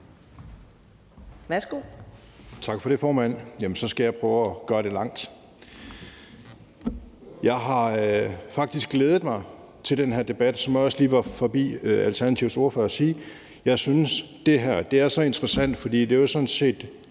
(DD): Tak for det, formand. Så skal jeg prøve at gøre det langt. Jeg har faktisk glædet mig til den her debat, som jeg også lige var forbi Alternativets ordfører for at sige. Jeg synes, det her er så interessant, fordi det sådan set